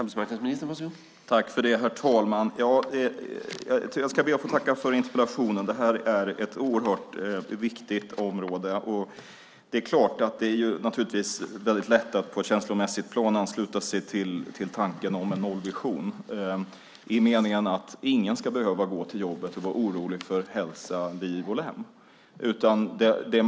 Herr talman! Jag ber att få tacka för interpellationen som rör ett oerhört viktigt område. På ett känslomässigt plan är det naturligtvis väldigt lätt att ansluta sig till tanken om en nollvision, i den meningen att ingen ska behöva gå till jobbet och känna en oro för hälsa och för liv och lem.